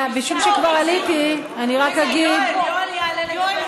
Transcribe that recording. משום שכבר עליתי אני רק אגיד, חברות וחברים,